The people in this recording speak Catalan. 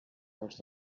dels